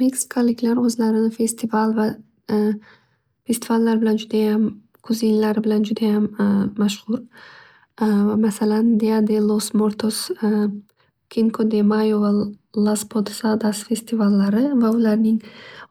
Meksikaliklar o'zlarini festival va festivallar bilan judayam kuzinlari bilan judayam mashhur. Masalan deadelosmortos, pinkodemayevol, laspodsadas festivallari va ularning